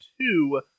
two